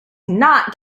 not